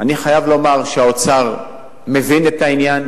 אני חייב לומר שהאוצר מבין את העניין,